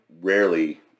rarely